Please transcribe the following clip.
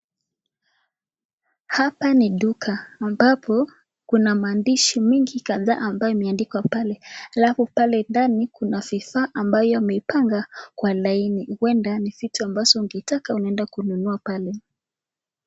Hapa ni duka ambapo kuna maandishi mingi kadhaa ambayo imeandikwa pale, halafu pale ndani kuna vifaa ambayo ameipanga Kwa laini huenda ni vitu ambazo ukitaka unaenda kununua pale.